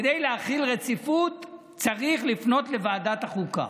כדי להחיל רציפות צריך לפנות לוועדת החוקה.